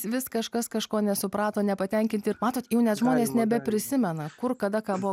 vis kažkas kažko nesuprato nepatenkinti ir matot jau net žmonės nebeprisimena kur kada ką buvo